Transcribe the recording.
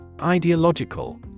Ideological